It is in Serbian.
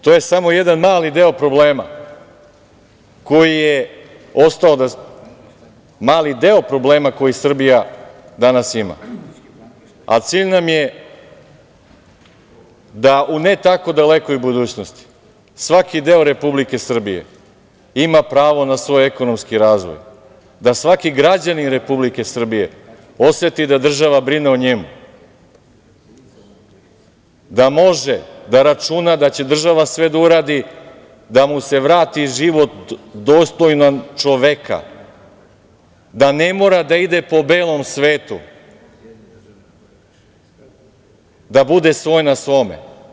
To je samo jedan mali deo problema koji je ostao, mali deo problema koji Srbija danas ima, a cilj nam je da u ne tako dalekoj budućnosti svaki deo Republike Srbije ima pravo na svoj ekonomski razvoj, da svaki građanin Republike Srbije oseti da država brine o njemu, da može da računa da će država sve da uradi da mu se vrati život dostojan čoveka, da ne mora da ide po belom svetu, da bude svoj na svome.